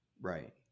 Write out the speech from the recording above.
right